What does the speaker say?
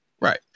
right